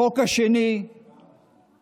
החוק השני שרצינו,